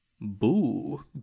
Boo